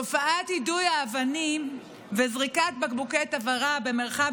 תופעת יידוי האבנים וזריקת בקבוקי תבערה במרחב